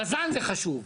בז"ן זה חשוב.